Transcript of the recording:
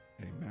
amen